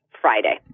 Friday